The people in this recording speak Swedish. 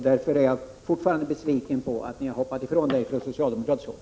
Därför är jag fortfarande besviken på att ni gått ifrån detta från socialdemokratiskt håll.